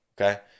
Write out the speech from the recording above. Okay